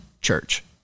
church